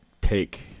take